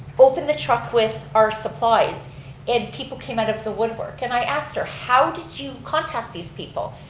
opened the truck with our supplies and people came out of the woodwork. and i asked her how did you contact these people?